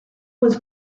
was